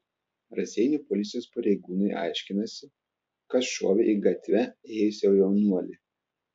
raseinių policijos pareigūnai aiškinasi kas šovė į gatve ėjusį jaunuolį